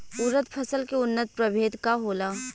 उरद फसल के उन्नत प्रभेद का होला?